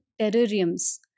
terrariums